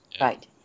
Right